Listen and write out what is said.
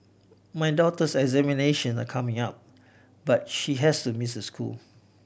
my daughter's examinations are coming up but she has to miss school